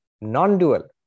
non-dual